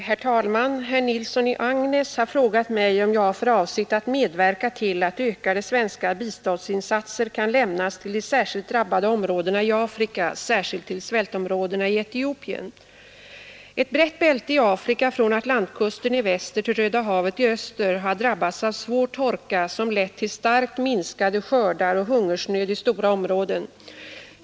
Herr talman! Herr Nilsson i Agnäs har frågat mig om jag har för avsikt att medverka till att ökade svenska biståndsinsatser kan lämnas till de särskilt drabbade områdena i Afrika, särskilt till svältområdena i Etiopien. Ett brett bälte i Afrika från Atlantkusten i väster till Röda havet i öster har drabbats av svår torka som lett till starkt minskade skördar och hungersnöd i stora områden.